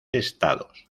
estados